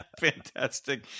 Fantastic